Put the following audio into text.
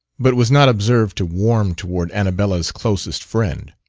but was not observed to warm toward annabella's closest friend.